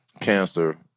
cancer